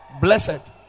Blessed